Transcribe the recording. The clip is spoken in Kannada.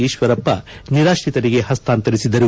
ಈಶ್ವರಪ್ಪ ನಿರಾಶ್ರಿತರಿಗೆ ಹಸ್ತಾಂತರಿಸಿದರು